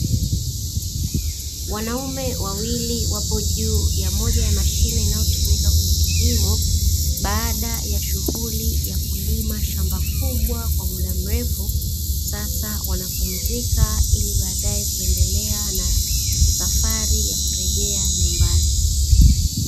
Wanaume wawili wapo juu ya moja ya mashine inayotumika kwenye kilimo, baada ya shughuli ya kulima shamba kubwa kwa muda mrefu, sasa wanapumzika ili baadaye kuendelea na safari ya kurejea nyumbani.